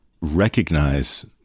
recognize